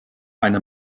eine